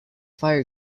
fire